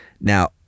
Now